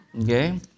okay